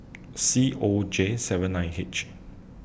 C O J seven nine H